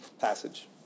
passage